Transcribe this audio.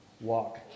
walk